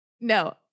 No